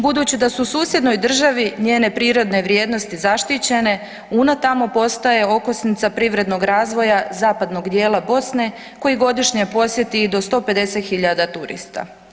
Budući da se u susjednoj državi njene prirode vrijednosti zaštićene, Una tamo postaje okosnica privrednog razvoja zapadnog dijela Bosne koje godišnje posjeti i do 150 hiljada turista.